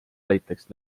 näiteks